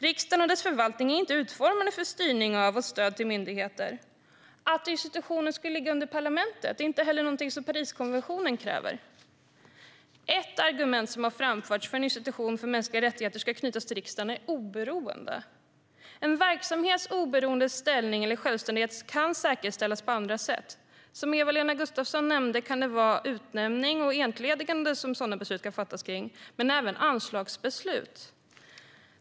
Riksdagen och dess förvaltning är inte utformade för styrning av och stöd till myndigheter. Att institutionen ska ligga under parlamentet är inte heller någonting som Parisprinciperna kräver. Ett argument som har framförts för att en institution för mänskliga rättigheter ska knytas till riksdagen är oberoende. En verksamhets oberoende ställning eller självständighet kan säkerställas på andra sätt. Som Eva-Lena Gustavsson nämnde kan det vara fråga om beslut om utnämning och entledigande men även beslut om anslag.